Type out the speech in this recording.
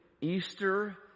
Easter